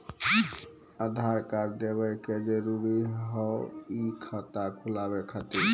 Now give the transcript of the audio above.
आधार कार्ड देवे के जरूरी हाव हई खाता खुलाए खातिर?